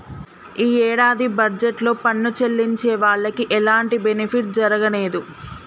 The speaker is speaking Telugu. యీ యేడాది బడ్జెట్ లో పన్ను చెల్లించే వాళ్లకి ఎలాంటి బెనిఫిట్ జరగనేదు